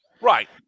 Right